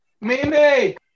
Mimi